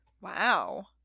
Wow